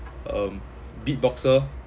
um beatboxer